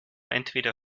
entweder